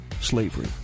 slavery